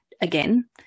again